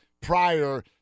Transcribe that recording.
prior